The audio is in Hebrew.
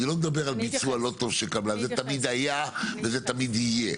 אני לא מדבר על ביצוע לא טוב של קבלן זה תמיד היה וזה תמיד יהיה.